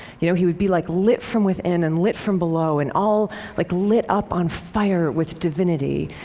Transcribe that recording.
you know he would be like lit from within, and lit from below and all like lit up on fire with divinity.